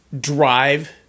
drive